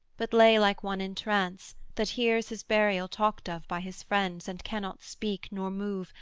but lay like one in trance that hears his burial talked of by his friends, and cannot speak, nor move,